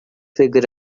find